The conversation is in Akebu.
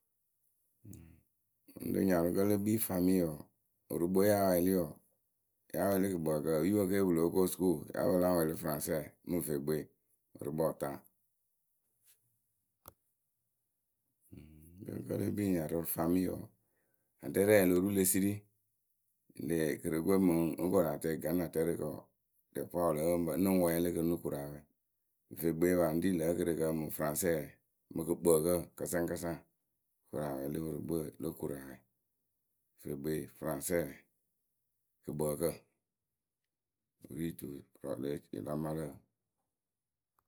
Rɨ nyarɨwǝ kǝ́ le kpii fami wǝǝ, wɨrɨkpǝ we ya wɛɛlɩ wǝǝ, ya wɛɛlɩ kɨkpǝǝkǝ epipǝ ke pɨ lóo ko sukuu ya pǝ la ŋ wɛɛlɩ fɨraŋsɛ mɨ vegbee wɨrɨkpǝ wɨta. Kǝ́ le kpii rɨ nyarɨwǝ rɨ fami wǝǝ aɖɛ rɛɛ lo ru le siri. Ŋlë kɨrɨkǝ we mɨŋ nóo koru atɛŋ ganatǝrɨkǝ wǝǝ dɛ fwa wɨ lǝ́ǝ pǝ wɨŋ pǝ nɨŋ wɛɛlɩ kɨ nɨ ku rɨ awɛɛ. Vegbee paa ŋ ri lǝh kɨrɨkǝ mɨ fɨraŋsɛ mɨ kɨkpǝǝkǝ kasaŋkasaŋ nɨŋ wɛɛlɩ kɨ nɨ ku rǝ awɛ. Vegbee fɨraŋsɛ kɨkpǝǝkǝ wɨ ri tuwǝ.